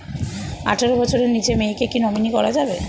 আঠারো বছরের নিচে মেয়েকে কী নমিনি করা যাবে?